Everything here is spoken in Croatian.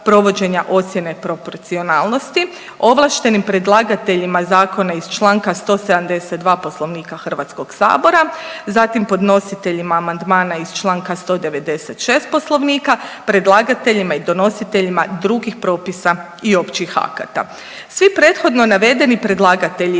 ocjene proporcionalnosti ovlaštenim predlagateljima zakona iz članka 172. Poslovnika Hrvatskog sabora, zatim podnositeljima amandmana iz članka 196. Poslovnika predlagateljima i donositeljima drugih propisa i općih akata. Svi prethodno navedeni predlagatelji